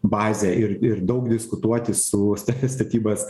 bazę ir ir daug diskutuoti su stati statybas